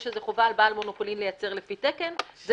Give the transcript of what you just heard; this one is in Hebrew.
יש איזו חובה על בעל מונופולין לייצר לפי תקן זה